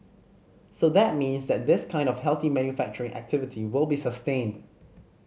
so that means that this kind of healthy manufacturing activity will be sustained